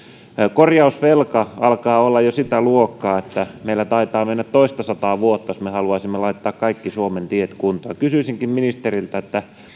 korjausvelka alkaa olla jo sitä luokkaa että meillä taitaa mennä toistasataa vuotta jos me haluaisimme laittaa kaikki suomen tiet kuntoon kysyisinkin ministeriltä